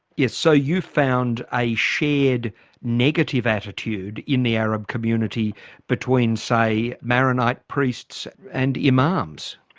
yes, so you found a shared negative attitude in the arab community between, say, maronite priests and imams?